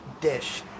dish